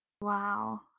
Wow